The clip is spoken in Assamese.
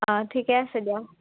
অঁ ঠিকে আছে দিয়া